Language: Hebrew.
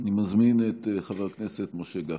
אני מזמין את חבר הכנסת משה גפני.